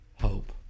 hope